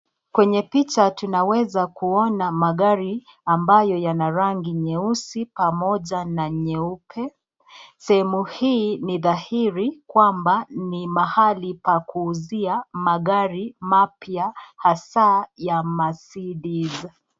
Kwenye picha tunaweza kuona magari ambayo yana rangi nyeusi pamoja na nyeupe, sehemu hii ni dhahiri kwamba ni mahali pa kuuzia magari mapya hasa ya Mercedes.